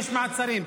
יש מעצרים,